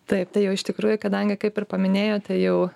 taip tai iš jau tikrųjų kadangi kaip ir paminėjai tai jau